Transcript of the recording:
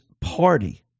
party